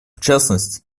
частности